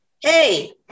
Hey